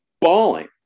bawling